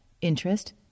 interest